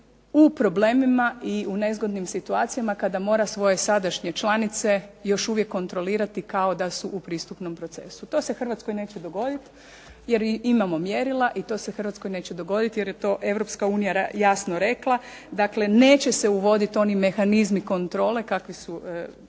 u problemima i u nezgodnim situacijama kada mora svoje sadašnje članice još uvijek kontrolirati kao da su u pristupnom procesu. To se Hrvatskoj neće dogoditi, jer imamo mjerila i to se Hrvatskoj neće dogoditi jer je to Europska unija jasno rekla, dakle neće se uvoditi oni mehanizmi kontrole kakvi su bili